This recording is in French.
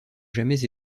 jamais